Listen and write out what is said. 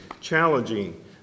challenging